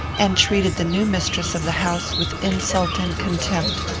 and treated the new mistress of the house with insult and contempt.